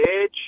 edge